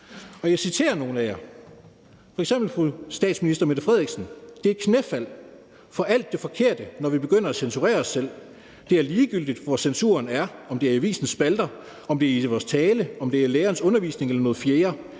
vil citere nogle af jer, f.eks. fru statsminister Mette Frederiksen: »Det er et knæfald for alt det forkerte, når vi begynder at censurere os selv, og det er ligegyldigt, hvor censuren er – om det er i avisens spalter, om det er i vores tale, om det er i lærerens undervisning, eller om det